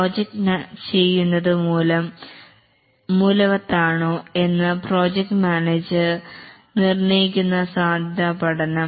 project ചെയ്യുന്നത് മൂലം വത്താണോ എന്ന പ്രൊജക്ട് മാനേജർ നിർണയിക്കുന്ന സാധ്യതാപഠനം